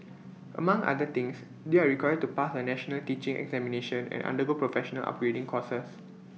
among other things they are required to pass A national teaching examination and undergo professional upgrading courses